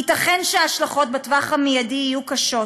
ייתכן שההשלכות בטווח המיידי יהיו קשות.